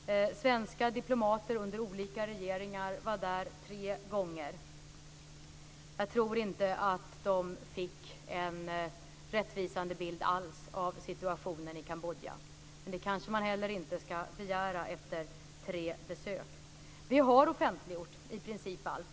Svenska diplomater under olika regeringar var där tre gånger. Jag tror inte att de fick en rättvisande bild alls av situationen i Kambodja. Det kanske man inte heller ska begära efter tre besök. Vi har offentliggjort i princip allt.